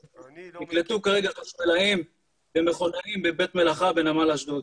נקלטו כרגע חשמלאים ומכונאים בבית המלאכה בנמל אשדוד